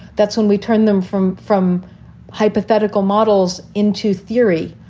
that's when we turn them from. from hypothetical models into theory.